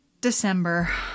December